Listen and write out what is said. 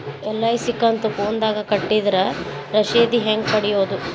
LIC ಕಂತು ಫೋನದಾಗ ಕಟ್ಟಿದ್ರ ರಶೇದಿ ಹೆಂಗ್ ಪಡೆಯೋದು?